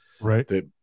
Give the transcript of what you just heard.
right